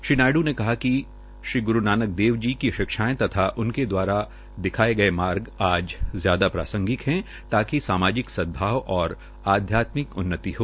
श्री नायडू ने कहा कि श्री ग्रू नानक देव जी की शिक्षाएं तथा उनके द्वारा दिखाया गया मार्ग आज ज्यादा प्रांसगिक है ताकि सामाजिक सदभाव व अध्यात्मिक उन्नति हो